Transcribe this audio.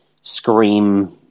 Scream